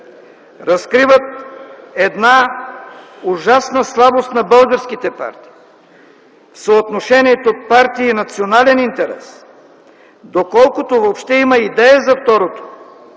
разкриват една ужасна слабост на българските партии, съотношението партии-национален интерес, доколкото въобще има идея за второто.